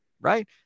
right